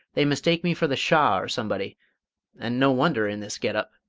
they mistake me for the shah or somebody and no wonder, in this get-up.